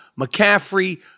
McCaffrey